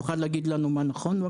תוכל להגיד לנו מה נכון?